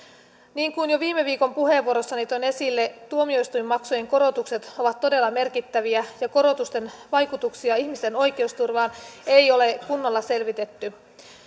niin kuin jo viime viikon puheenvuorossani toin esille tuomioistuinmaksujen korotukset ovat todella merkittäviä ja korotusten vaikutuksia ihmisten oikeusturvaan ei ole kunnolla selvitetty